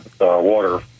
water